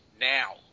now